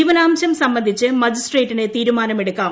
ജീവനാംശം സംബന്ധിച്ച് മജിസ്ട്രേറ്റിന് തീരുമാനമെടുക്കാം